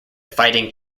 fighting